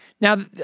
now